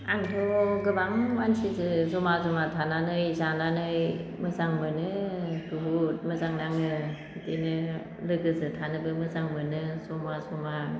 आंथ' गोबां मानसिजो जमा जमा थानानै जानानै मोजां मोनो बुहुद मोजां नाङो इदिनो लोगोजो थानोबो मोजां मोनो जमा जमा